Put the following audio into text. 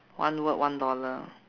one word one dollar